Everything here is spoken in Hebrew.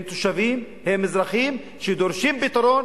הם תושבים, הם אזרחים, שדורשים פתרון.